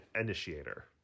initiator